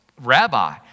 Rabbi